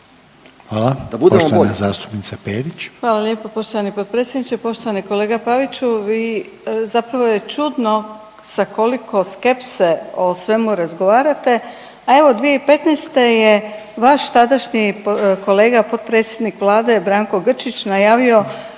Perić. **Perić, Grozdana (HDZ)** Hvala lijepo poštovani potpredsjedniče. Poštovani kolega Paviću, vi, zapravo je čudno sa koliko skepse o svemu razgovarate, a evo 2015. je vaš tadašnji kolega potpredsjednik Vlade najavio